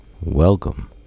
Welcome